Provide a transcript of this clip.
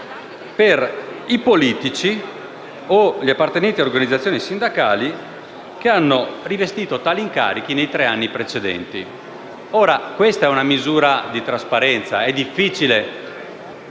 per i politici o gli appartenenti alle organizzazioni sindacali che hanno rivestito tali incarichi nei tre anni precedenti. Questa è una misura di trasparenza. È difficile